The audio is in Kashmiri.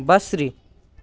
بصری